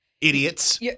idiots